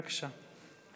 בבקשה.